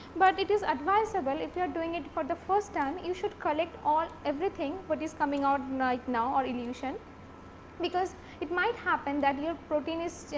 but it is advisable if you are doing it for the first time you should collect all everything what is coming out right now or elution because it might happen that your protein is,